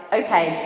okay